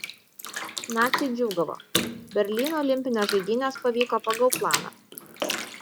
naciai džiūgavo berlyno olimpinės žaidynės pavyko pagal planą